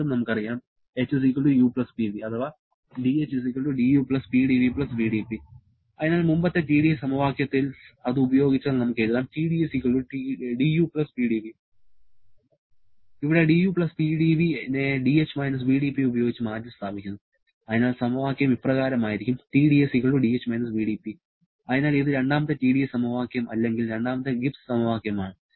വീണ്ടും നമുക്കറിയാം h u Pv അഥവാ dh du Pdv vdP അതിനാൽ മുമ്പത്തെ TdS സമവാക്യത്തിൽ അത് ഉപയോഗിച്ചാൽ നമുക്ക് എഴുതാം TdS du Pdv ഇവിടെ du Pdv നെ dh - vdP ഉപയോഗിച്ച് മാറ്റിസ്ഥാപിക്കുന്നു അതിനാൽ സമവാക്യം ഇപ്രകാരമായിരിക്കും TdS dh - vdP അതിനാൽ ഇത് രണ്ടാമത്തെ TdS സമവാക്യം അല്ലെങ്കിൽ രണ്ടാമത്തെ ഗിബ്സ് സമവാക്യം ആണ്